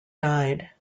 died